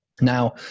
Now